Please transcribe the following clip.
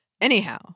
anyhow